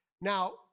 Now